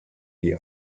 die